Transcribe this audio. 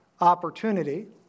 opportunity